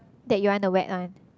that you want the wet one